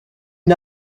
n’y